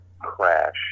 crash